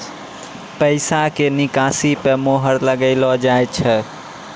पैसा के निकासी पर मोहर लगाइलो जाय छै